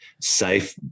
Safe